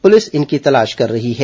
police इनकी तलाश कर रही है